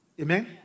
Amen